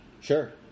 Sure